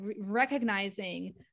recognizing